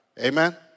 Amen